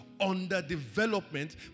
underdevelopment